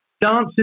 dances